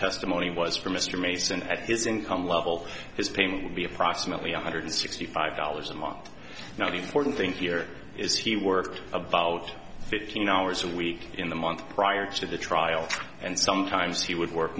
testimony was for mr mason at his income level his paying would be approximately one hundred sixty five dollars a month now the important thing here is he worked about fifteen hours a week in the month prior to the trial and sometimes he would work